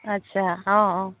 আচ্ছা অঁ অঁ